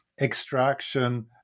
extraction